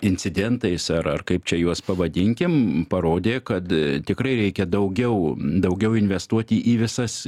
incidentais ar ar kaip čia juos pavadinkim parodė kad tikrai reikia daugiau daugiau investuoti į visas